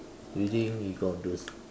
reading you got those